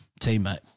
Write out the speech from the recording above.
teammate